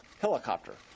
helicopter